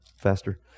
faster